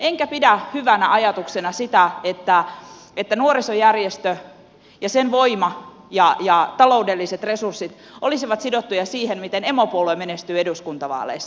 enkä pidä hyvänä ajatuksena sitä että nuorisojärjestö ja sen voima ja taloudelliset resurssit olisivat sidottuja siihen miten emopuolue menestyy eduskuntavaaleissa